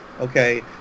okay